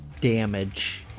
damage